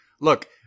Look